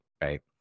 right